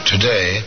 Today